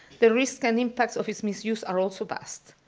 the risk and impacts of its misuse are also vast.